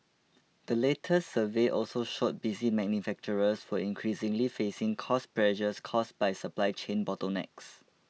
the latest survey also showed busy manufacturers for increasingly facing cost pressures caused by supply chain bottlenecks